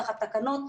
תחת תקנות,